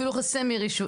אפילו חוסה מרישויי,